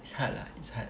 it's hard lah it's hard